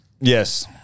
Yes